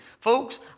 Folks